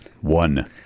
One